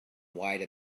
wide